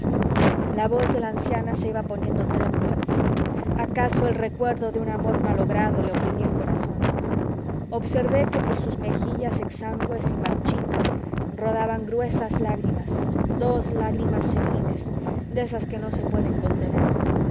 la voz de la anciana se iba poniendo trémula acaso el recuerdo de un amor malogrado le oprimía el corazón observé que por sus mejillas exangües y marchitas rodaban gruesas lágrimas dos lágrimas seniles de esas que no se pueden contener